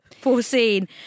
foreseen